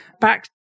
back